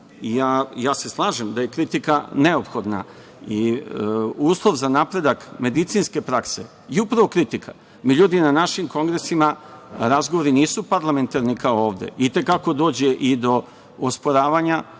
se slažem da je kritika neophodna i uslov za napredak medicinske prakse je upravo kritika. Na našim kongresima razgovori nisu parlamentarni kao ovde. I te kako dođe i do osporavanja,